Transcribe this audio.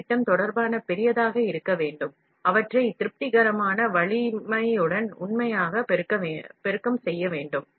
முனை விட்டதை விட அம்சம் பெரியதாக இருக்கும் அவற்றை திருப்திகரமான வலிமையுடன் உண்மையாக பெருக்கம் செய்ய வேண்டும்